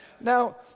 Now